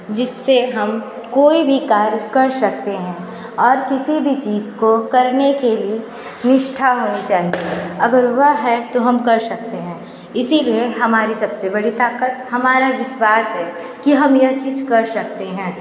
जिस से हम कोई भी कार्य कर सकते हैं और किसी भी चीज़ को करने के लिए निष्ठा होनी चाहिए अगर वह है तो हम कर सकते हैं इसी लिए हमारी सब से बड़ी ताक़त हमारा विश्वास है कि हम यह चीज़ कर सकते हैं